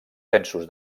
censos